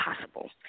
possible